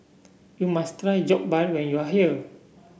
you must try Jokbal when you are here